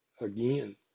Again